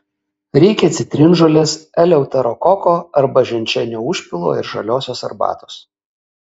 reikia citrinžolės eleuterokoko arba ženšenio užpilo ir žaliosios arbatos